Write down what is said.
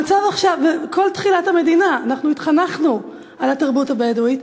המצב עכשיו כל תחילת המדינה אנחנו התחנכנו על התרבות הבדואית,